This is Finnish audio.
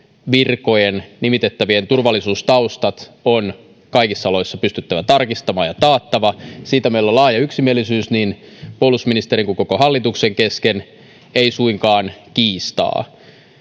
virkoihin nimitettävien turvallisuustaustat on kaikissa oloissa pystyttävä tarkistamaan ja taattava siitä meillä on laaja yksimielisyys niin puolustusministerin kuin koko hallituksen kesken ei suinkaan kiistaa